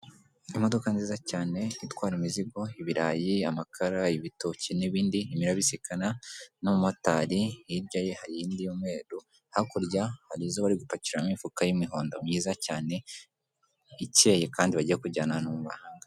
Imodoka nziza cyane itwara imizigo ibirayi, amakara, ibitoki n'ibindi, irimo irabisikana n'umumotari hirya ye hari indi y'umweru hakurya harizo bari gupakiramo imifuka y'imihondo myiza cyane icyeye kandi bagiye kujyana mu mahanga.